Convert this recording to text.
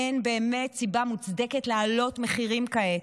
אין באמת סיבה מוצדקת להעלות מחירים כעת.